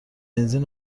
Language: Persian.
بنزین